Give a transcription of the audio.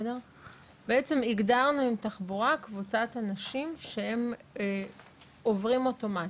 בעצם הגדרנו בתחבורה קבוצת אנשים שהם עוברים אוטומטית.